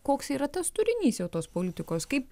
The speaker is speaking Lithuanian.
koks yra tas turinys jau tos politikos kaip